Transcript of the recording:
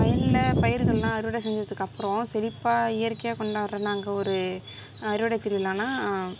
வயலில் பயிர்கள்லாம் அறுவடை செஞ்சதுக்கு அப்புறோம் செழிப்பாக இயற்கையாக கொண்டாட்ற நாங்கள் ஒரு அறுவடை திருவிழான்னா